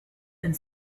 and